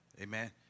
Amen